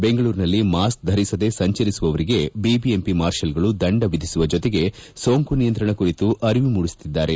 ಬೆಂಗಳೂರಿನಲ್ಲಿ ಮಾಸ್ಕ್ ಧರಿಸದೇ ಸಂಚರಿಸುವವರಿಗೆ ಜಿಟಿಎಂಪಿ ಮಾರ್ಷಲ್ಗಳು ದಂಡ ವಿಧಿಸುವ ಜೊತೆಗೆ ಸೋಂಕು ನಿಯಂತ್ರಣ ಕುರಿತು ಅರಿವು ಮೂಡಿಸುತ್ತಿದ್ದಾರೆ